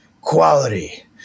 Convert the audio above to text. quality